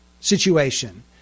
situation